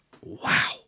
wow